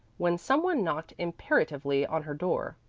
when some one knocked imperatively on her door.